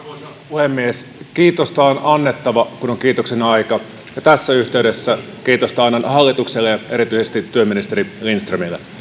puhemies kiitosta on annettava kun on kiitoksen aika ja tässä yhteydessä kiitosta annan hallitukselle ja erityisesti työministeri lindströmille